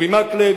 אורי מקלב,